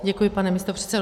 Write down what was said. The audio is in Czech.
Děkuji, pane místopředsedo.